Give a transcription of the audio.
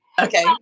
okay